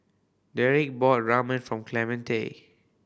Derek bought Ramen from Clemente